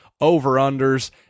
over-unders